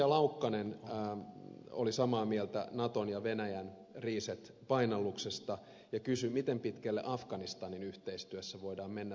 laukkanen oli samaa mieltä naton ja venäjän reset painalluksesta ja kysyi miten pitkälle afganistanin yhteistyössä voidaan mennä